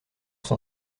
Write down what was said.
son